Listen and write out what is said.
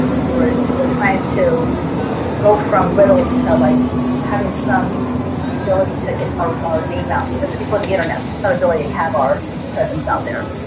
and we were we were trying to go from little to like having some ability to get our our name out. this is before the internet so ability have our presence out there.